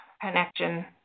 connection